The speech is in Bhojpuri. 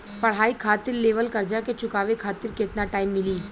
पढ़ाई खातिर लेवल कर्जा के चुकावे खातिर केतना टाइम मिली?